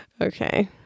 Okay